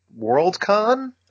Worldcon